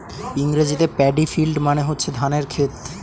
ইংরেজিতে paddy field মানে হচ্ছে ধানের ক্ষেত